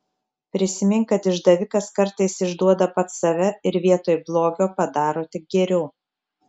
prisimink kad išdavikas kartais išduoda pats save ir vietoj blogio padaro tik geriau